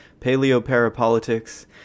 paleo-parapolitics